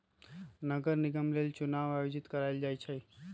नगर निगम लेल चुनाओ आयोजित करायल जाइ छइ